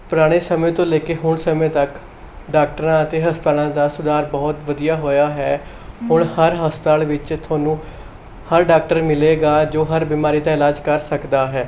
ਪੁਰਾਣੇ ਸਮੇਂ ਤੋਂ ਲੈ ਕੇ ਹੁਣ ਸਮੇਂ ਤੱਕ ਡਾਕਟਰਾਂ ਅਤੇ ਹਸਪਤਾਲਾਂ ਦਾ ਸੁਧਾਰ ਬਹੁਤ ਵਧੀਆ ਹੋਇਆ ਹੈ ਹੁਣ ਹਰ ਹਸਪਤਾਲ ਵਿੱਚ ਤੁਹਾਨੂੰ ਹਰ ਡਾਕਟਰ ਮਿਲੇਗਾ ਜੋ ਹਰ ਬਿਮਾਰੀ ਦਾ ਇਲਾਜ ਕਰ ਸਕਦਾ ਹੈ